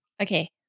Okay